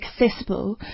accessible